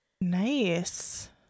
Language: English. Nice